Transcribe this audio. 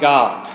God